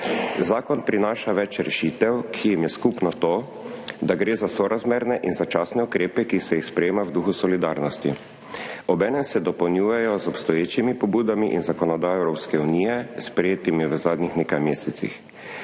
Zakon prinaša več rešitev, ki jim je skupno to, da gre za sorazmerne in začasne ukrepe, ki se jih sprejema v duhu solidarnosti. Obenem se dopolnjujejo z obstoječimi pobudami in zakonodajo Evropske unije, sprejetimi v zadnjih nekaj mesecih.